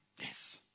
Yes